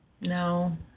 No